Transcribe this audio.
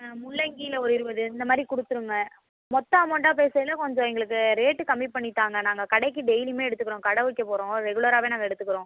முள்ளங்கியில் ஒரு இருபது இந்த மாதிரி கொடுத்துருங்க மொத்த அமௌண்ட்டாக பேசயில கொஞ்சம் எங்களுக்கு ரேட்டு கம்மி பண்ணி தாங்க நாங்கள் கடைக்கு டெய்லியும் எடுத்துக்கிறோம் கடை வைக்க போகிறோம் ரெகுலராகவே நாங்கள் எடுத்துக்கிறோம்